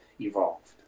evolved